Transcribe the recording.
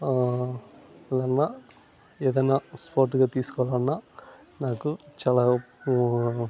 నన్నా ఏదన్నా స్పోర్టివ్గా తీసుకోవాలన్నా నాకు చాలా